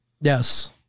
Yes